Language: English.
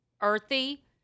Earthy